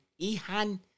Ihan